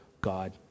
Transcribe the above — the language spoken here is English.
God